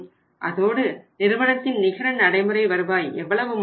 அதோடு நிறுவனத்தின் நிகர நடைமுறை வருவாய் எவ்வளவு மாறும்